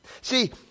See